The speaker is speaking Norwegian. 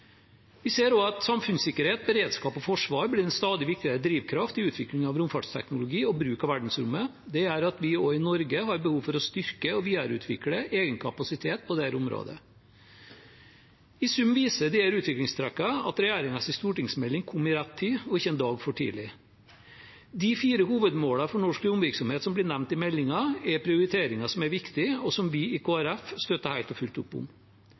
Vi ser også at samfunnssikkerhet, beredskap og forsvar blir en stadig viktigere drivkraft i utviklingen av romfartsteknologi og bruk av verdensrommet. Det gjør at vi også i Norge har behov for å styrke og videreutvikle egen kapasitet på dette området. I sum viser disse utviklingstrekkene at regjeringens stortingsmelding kom i rett tid, og ikke en dag for tidlig. De fire hovedmålene for norsk romvirksomhet som blir nevnt i meldingen, er prioriteringer som er viktige, og som vi i Kristelig Folkeparti støtter helt og fullt opp om.